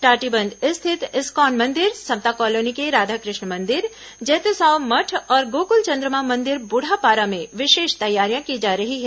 टाटीबंध स्थित इस्कॉन मंदिर समता कॉलोनी के राधा कृष्ण मंदिर जैतूसाव मठ और गोकुल चंद्रमा मंदिर ब्रढ़ापारा में विशेष तैयारियां की जा रही हैं